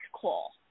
call